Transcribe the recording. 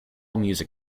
music